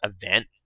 event